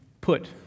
put